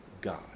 God